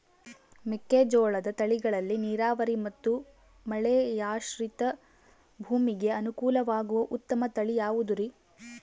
ಮೆಕ್ಕೆಜೋಳದ ತಳಿಗಳಲ್ಲಿ ನೇರಾವರಿ ಮತ್ತು ಮಳೆಯಾಶ್ರಿತ ಭೂಮಿಗೆ ಅನುಕೂಲವಾಗುವ ಉತ್ತಮ ತಳಿ ಯಾವುದುರಿ?